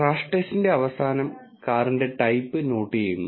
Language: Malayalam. ക്രാഷ് ടെസ്റ്റിന്റെ അവസാനം കാറിന്റെ ടൈപ്പ് നോട്ട് ചെയ്യുന്നു